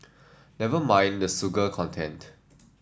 never mind the sugar content